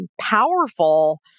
powerful